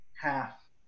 half